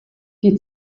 die